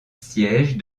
sièges